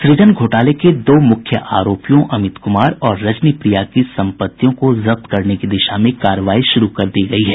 सुजन घोटाले के दो मुख्य आरोपियो अमित कुमार और रजनी प्रिया की सम्पत्तियों को जब्त करने की दिशा में कार्रवाई शुरू कर दी गयी है